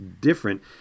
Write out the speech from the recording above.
different